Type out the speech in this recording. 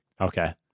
Okay